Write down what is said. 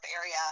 area